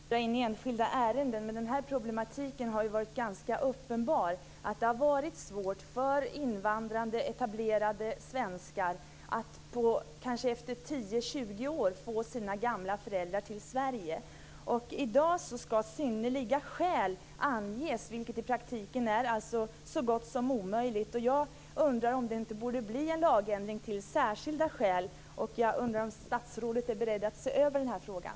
Fru talman! Jag vill inte dra in enskilda ärenden men den här problematiken har varit ganska uppenbar. Det har varit svårt för invandrade etablerade svenskar att efter kanske 10-20 år få sina gamla föräldrar till Sverige. I dag skall "synnerliga skäl" anges, vilket i praktiken betyder att det är så gott som omöjligt. Jag undrar om det inte borde ske en lagändring till särskilda skäl. Är statsrådet beredd att se över den frågan?